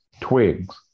twigs